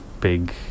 big